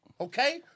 Okay